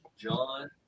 John